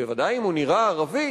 בוודאי אם הוא נראה ערבי,